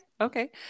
okay